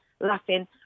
laughing